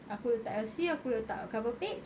aku letak elsie aku letak cover page